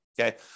okay